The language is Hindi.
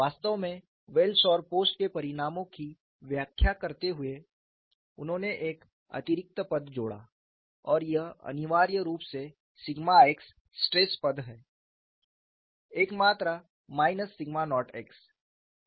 वास्तव में वेल्स और पोस्ट के परिणामों की व्याख्या करते हुए उन्होंने एक अतिरिक्त पद जोड़ा और यह अनिवार्य रूप से सिग्मा x स्ट्रेस पद है एक मात्रा माइनस सिग्मा नॉट x